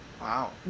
Wow